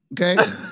Okay